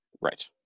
Right